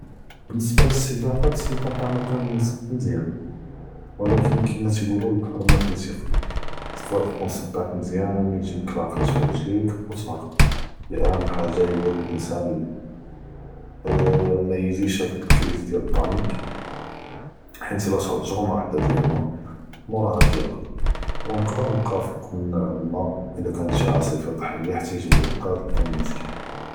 באלניסבה ל סבחה, הסבחה אנה כמזיאן, ולקין נאס כיג’ולו אלבח’ר מאפיה ת’קה, פרזה ת’קון סבאח מזיאן יג’יק קלאקיט פרג’ליק ו צאי הד’יק אכ’תאר חאג’ה היא אלאנסן מאיג’יהש הד’אק אלקריז דיאל אלפאניק, חית אם שרב ג’ג’מה ואחד דיאל אלמא מורהה כירקד, ו נקד’רו נבקא פאלמא אם ת’קון שי אסיפה בח’ריה ח’תאן ייג’ו אל אינקאד, ינקד’ו אלמש’קל.